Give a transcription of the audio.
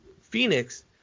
Phoenix